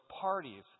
parties